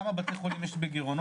כמה בתי חולים יש בגירעונות,